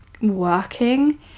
working